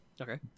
Okay